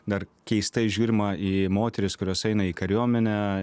dar keistai žiūrima į moteris kurios eina į kariuomenę